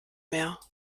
mehr